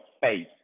face